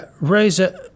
Rosa